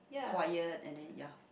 quiet and then ya